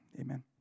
Amen